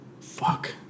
fuck